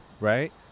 right